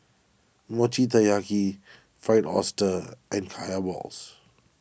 Mochi Taiyaki Fried Oyster and Kaya Balls